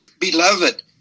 Beloved